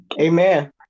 Amen